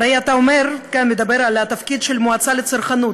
הרי אתה אומר, מדבר על התפקיד של המועצה לצרכנות,